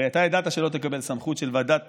הרי אתה ידעת שלא תקבל סמכות של ועדת